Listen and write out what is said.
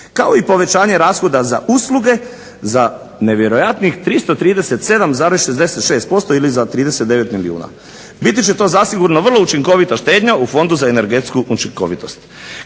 kao i povećanje rashoda za usluge za nevjerojatnih 337,66% ili za 39 milijuna. Biti će to zasigurno vrlo učinkovita štednja u Fondu za energetsku učinkovitost